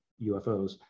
UFOs